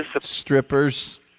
strippers